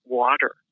water